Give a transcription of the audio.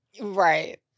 Right